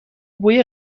بوی